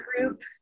group